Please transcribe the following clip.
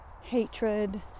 hatred